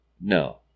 No